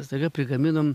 staiga prigaminom